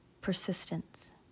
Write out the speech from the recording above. Persistence